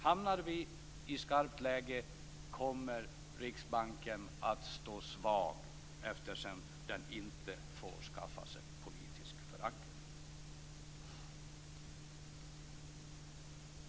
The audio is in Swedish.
Hamnar vi i ett skarpt läge kommer Riksbanken att stå svag, eftersom den inte får skaffa sig politisk förankring.